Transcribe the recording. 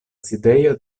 sidejo